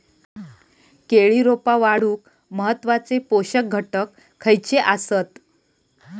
केळी रोपा वाढूक महत्वाचे पोषक घटक खयचे आसत?